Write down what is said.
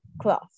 cloth